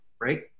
right